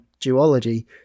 duology